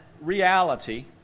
reality